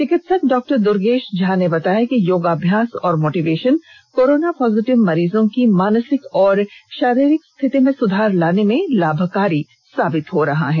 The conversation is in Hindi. चिकित्सक डॉक्टर दूर्गेश झा ने बताया कि योगाभ्यास एवं मोटिवेशन कोरोना पोजिटिव मरीजों की मानसिक एवं शारीरिक स्थिति में सुधार लाने में लाभकारी साबित हो रहा है